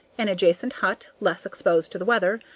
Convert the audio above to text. an adjacent hut, less exposed to the weather,